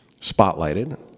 spotlighted